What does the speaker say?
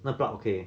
那个 plug okay